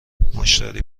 مشتری